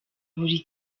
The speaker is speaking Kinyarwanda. buri